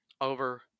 over